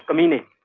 ah munni,